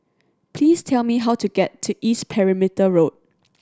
please tell me how to get to East Perimeter Road